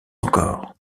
encore